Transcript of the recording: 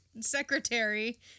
secretary